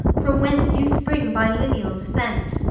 from whence you spring, by lineall descent